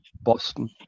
Boston